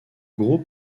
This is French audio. groupe